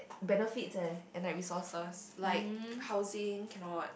benefits eh and like resources like housing cannot